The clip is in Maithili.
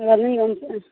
रानीगञ्जसे